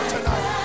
tonight